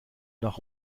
nach